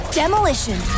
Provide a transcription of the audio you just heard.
demolition